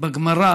בגמרא